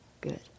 good